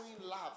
love